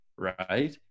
Right